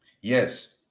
Yes